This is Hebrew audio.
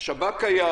השב"כ קיים.